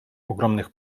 ogromnych